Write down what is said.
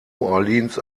orleans